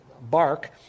bark